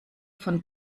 von